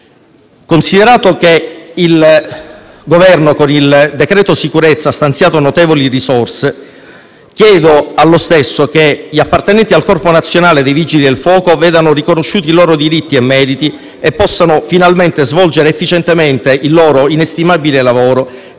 Considerato che il Governo con il decreto sicurezza ha stanziato notevoli risorse, chiedo allo stesso che gli appartenenti al Corpo nazionale dei vigili del fuoco vedano riconosciuti i loro diritti e meriti e possano finalmente svolgere efficientemente il loro inestimabile lavoro,